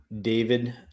david